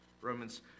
Romans